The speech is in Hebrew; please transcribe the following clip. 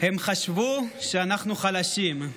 הם חשבו שאנחנו חלשים,